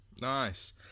Nice